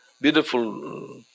beautiful